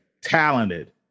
talented